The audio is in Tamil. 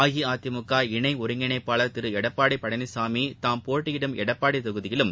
அஇஅதிமுக இணை ஒருங்கிணைப்பாளர் திரு எடப்பாடி பழனிசாமி தாம் போட்டியிடும் எடப்பாடி தொகுதியிலும்